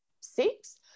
six